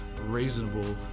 reasonable